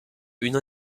une